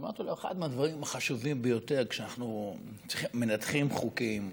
אמרתי לו: אחד מהדברים החשובים ביותר כשאנחנו מנתחים חוקים,